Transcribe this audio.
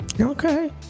Okay